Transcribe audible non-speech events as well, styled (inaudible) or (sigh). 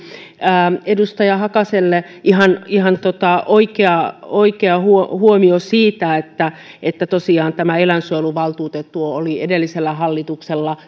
(unintelligible) edustaja hakaselle ihan ihan oikea (unintelligible) oikea huomio huomio siitä että (unintelligible) (unintelligible) (unintelligible) (unintelligible) (unintelligible) (unintelligible) että tämä eläinsuojeluvaltuutettu oli edellisellä hallituksella (unintelligible)